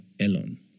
Elon